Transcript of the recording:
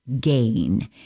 gain